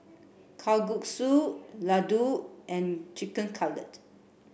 Kalguksu Ladoo and Chicken Cutlet